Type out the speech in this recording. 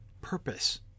purpose